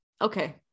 okay